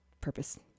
purpose